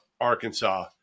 Arkansas